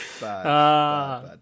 bad